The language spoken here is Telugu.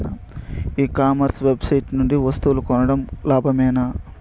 ఈ కామర్స్ వెబ్సైట్ నుండి వస్తువులు కొనడం లాభమేనా?